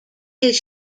his